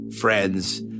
friends